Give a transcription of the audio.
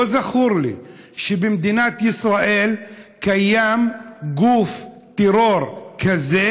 לא זכור לי שבמדינת ישראל קיים גוף טרור כזה